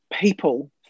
people